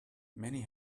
many